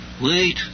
Wait